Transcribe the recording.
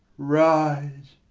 rise,